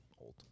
old